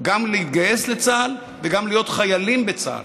גם להתגייס לצה"ל וגם להיות חיילים בצה"ל.